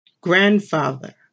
Grandfather